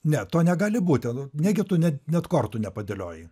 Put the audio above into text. ne to negali būti negi tu net net kortų nepadėlioji